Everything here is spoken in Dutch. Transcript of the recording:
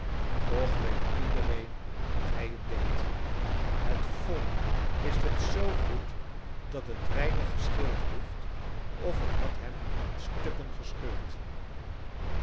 toch weet iedereen dat hij t deed het volk wist het zoo goed dat het weinig gescheeld heeft of het had hem aan stukken gescheurd